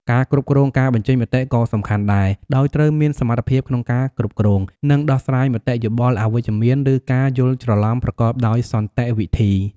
ការគ្រប់គ្រងការបញ្ចេញមតិក៏សំខាន់ដែរ ដោយត្រូវមានសមត្ថភាពក្នុងការគ្រប់គ្រង និងដោះស្រាយមតិយោបល់អវិជ្ជមាន ឬការយល់ច្រឡំប្រកបដោយសន្តិវិធី។